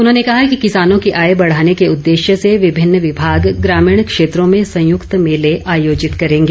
उन्होंने कहा कि किसानों की आय बढ़ाने के उद्देश्य से विभिन्न विभाग ग्रामीण क्षेत्रों में संयुक्त मेले आयोजित करेंगे